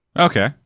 Okay